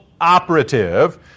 operative